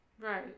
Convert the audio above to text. right